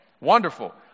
Wonderful